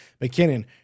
mckinnon